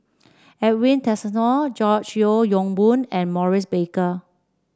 Edwin Tessensohn George Yeo Yong Boon and Maurice Baker